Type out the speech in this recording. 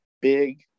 big